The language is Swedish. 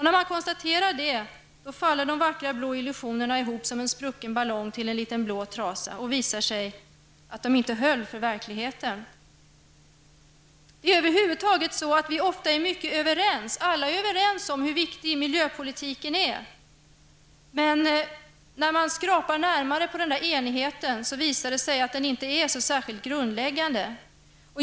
När man konstaterar faktum faller de vackra blå illusionerna ihop som en sprucken ballong, till en liten blå trasa och det visar sig att de inte höll för verkligheten. Vi är över huvud taget ofta överens. Alla är överens om hur viktig miljöpolitiken är. Men när man skrapar på enigheten, visar det sig att den inte är särskilt djup.